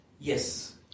Yes